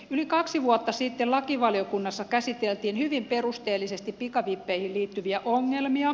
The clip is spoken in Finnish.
yli kaksi vuotta sitten lakivaliokunnassa käsiteltiin hyvin perusteellisesti pikavippeihin liittyviä ongelmia